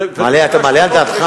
אתה מעלה על דעתך